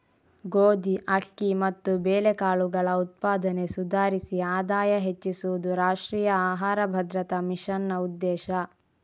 ಗೋಧಿ, ಅಕ್ಕಿ ಮತ್ತು ಬೇಳೆಕಾಳುಗಳ ಉತ್ಪಾದನೆ ಸುಧಾರಿಸಿ ಆದಾಯ ಹೆಚ್ಚಿಸುದು ರಾಷ್ಟ್ರೀಯ ಆಹಾರ ಭದ್ರತಾ ಮಿಷನ್ನ ಉದ್ದೇಶ